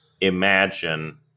imagine